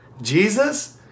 Jesus